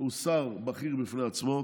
הוא שר בכיר בפני עצמו.